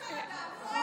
שיצא.) בערבית.